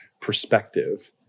perspective